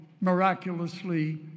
miraculously